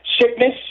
Sickness